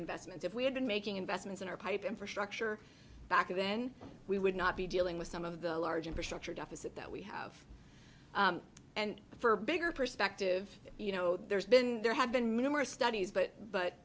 investments if we had been making investments in our pipe infrastructure back then we would not be dealing with some of the large infrastructure deficit that we have and for bigger perspective you know there's been there have been numerous studies but but